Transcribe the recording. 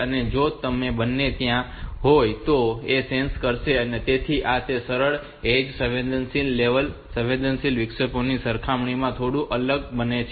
અને જો તે બંને ત્યાં હોય તો જ તે સેન્સ કરશે તેથી આ તેને સરળ ઍજ સંવેદનશીલ અને લેવલ સંવેદનશીલ વિક્ષેપોની સરખામણીમાં થોડું અલગ બનાવે છે